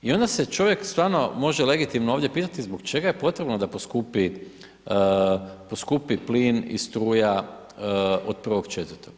I onda se čovjek stvarno može legitimno ovdje pitati, zbog čega je potrebno da poskupi plin i struja od 1.4.